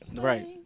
Right